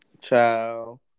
Ciao